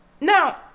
Now